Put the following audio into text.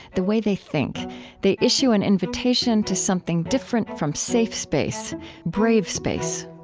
the way they think they issue an invitation to something different from safe space brave space